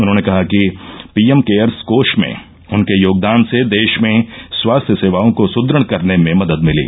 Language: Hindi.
उन्होंने कहा कि पीएम केयर्स कोष में उनके योगदान से देश में स्वास्थ्य सेवाओं को सुदृढ़ करने में मदद मिली